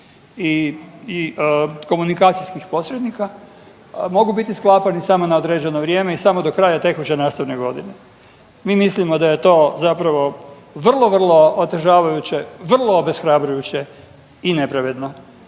i komunikacijskih posrednika mogu biti sklapani samo na određeno vrijeme i samo do kraja tekuće nastavne godine. Mi mislimo da je to zapravo vrlo vrlo otežavajuće, vrlo obeshrabrujuće i nepravedno